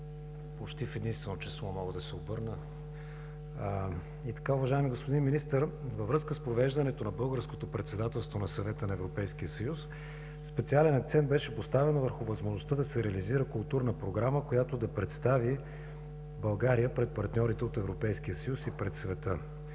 Почти в единствено число мога да се обърна. Уважаеми господин Министър, във връзка с провеждането на Българското председателство на Съвета на Европейския съюз специален акцент беше поставен върху възможността да се реализира културна програма, която да представи България пред партньорите от Европейския съюз и пред света.